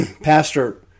Pastor